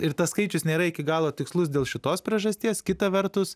ir tas skaičius nėra iki galo tikslus dėl šitos priežasties kita vertus